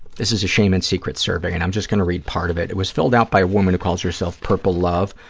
this is a shame and secrets survey and i'm just going to read part of it. it was filled out by a woman who calls herself purple love.